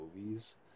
movies